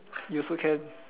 you also can